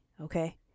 okay